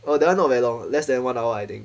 !wah! that one not very long less than one hour I think